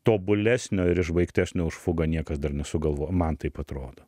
tobulesnio ir išbaigtesnio už fugą niekas dar nesugalvo man taip atrodo